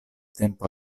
tempo